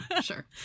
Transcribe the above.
Sure